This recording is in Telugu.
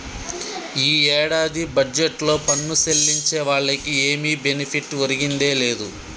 ఈ ఏడాది బడ్జెట్లో పన్ను సెల్లించే వాళ్లకి ఏమి బెనిఫిట్ ఒరిగిందే లేదు